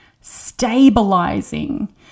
stabilizing